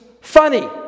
funny